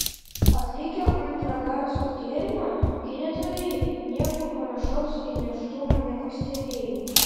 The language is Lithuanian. atlikę ultragarso tyrimą gydytojai nieko panašaus į nėštumą nepastebėjo